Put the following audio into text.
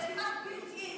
שזה כמעט built in.